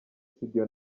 studio